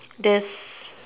death